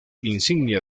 insignia